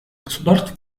государств